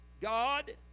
God